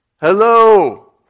Hello